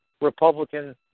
Republican